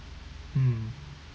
mm